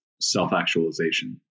self-actualization